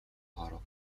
оров